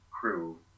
crew